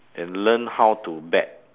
then learn how to bet